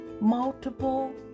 multiple